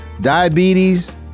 diabetes